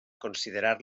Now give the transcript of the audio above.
considerar